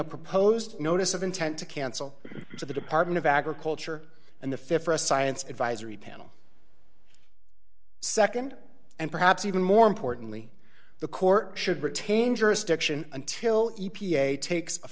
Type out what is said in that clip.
a proposed notice of intent to cancel it to the department of agriculture and the fit for a science advisory panel nd and perhaps even more importantly the court should retain jurisdiction until e p a takes a